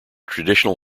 traditional